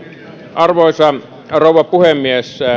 arvoisa rouva puhemies